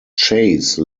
chase